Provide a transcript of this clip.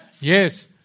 Yes